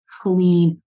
clean